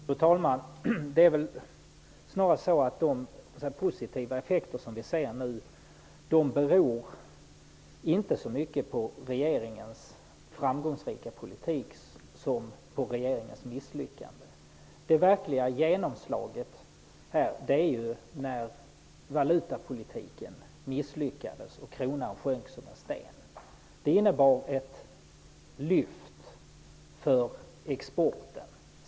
Fru talman! Det är väl snarast så att de positiva effekter som vi nu ser inte så mycket beror på regeringens framgångsrika politik som på regeringens misslyckanden. Det verkliga genomslaget var när valutapolitiken misslyckades och kronans värde sjönk. Det innebar ett lyft för exporten.